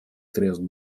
средств